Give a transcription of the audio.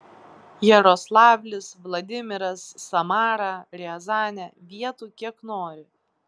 jaroslavlis vladimiras samara riazanė vietų kiek nori